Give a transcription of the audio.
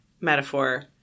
metaphor